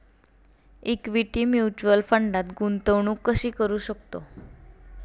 Equity mutual फंडात गुंतवणूक कशी करू शकतो?